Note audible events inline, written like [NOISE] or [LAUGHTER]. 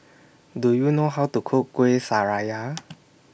Do YOU know How to Cook Kuih Syara [NOISE]